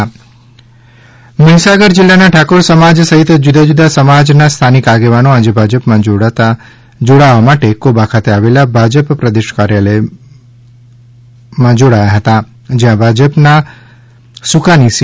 ભાજપમાં જોડાયા મહીસાગર જીલ્લાના ઠાકોર સમાજ સહિત જુદા જુદા સમાજના સ્થાનિક આગેવાનો આજે ભાજપમાં જોડાવા માટે કોબા ખાતે આવેલા ભાજપ પ્રદેશ કાર્યાલય જોડાયા હતા જ્યાં ગુજરાત ભાજપના સુકાની સી